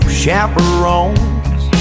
chaperones